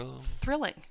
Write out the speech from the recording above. thrilling